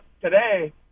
today